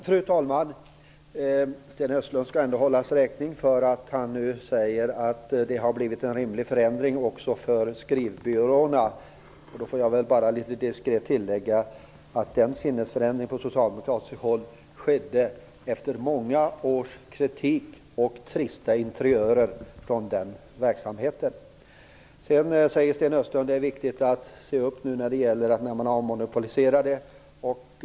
Fru talman! Sten Östlund skall ändå hållas räkning för att han nu säger att det har blivit en rimlig förändring också för skrivbyråerna. Då får jag väl bara litet diskret tillägga att den sinnesförändringen på socialdemokratiskt håll skedde efter många års kritik och trista interiörer från den verksamheten. Sedan säger Sten Östlund att det är viktigt att se upp nu när man har avmonopoliserat.